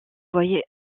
voyait